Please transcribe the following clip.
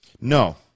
No